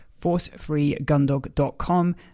forcefreegundog.com